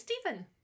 Stephen